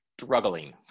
Struggling